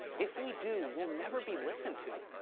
if we do, we'll never be listened to.